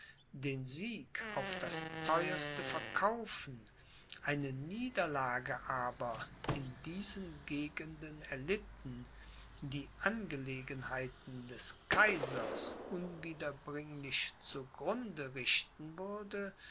den sieg auf das theuerste verkaufen eine niederlage aber in diesen gegenden erlitten die angelegenheiten des kaisers unwiederbringlich zu grunde richten würde